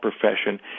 profession